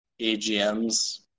AGMs